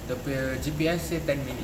the punya G_P_S say ten minutes